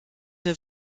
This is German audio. der